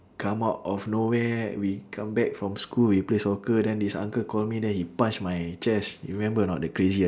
come out of nowhere we come back from school we play soccer then this uncle call me then he punch my chest you remember or not the crazy